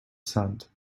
sand